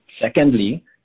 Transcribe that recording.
Secondly